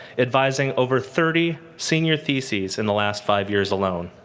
advising over thirty senior theses in the last five years alone.